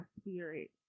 spirit